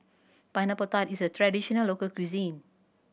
Pineapple Tart is a traditional local cuisine